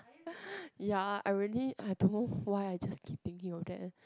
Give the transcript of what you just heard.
ya I really I don't know why I just keep thinking of that